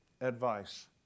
advice